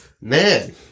Man